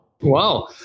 Wow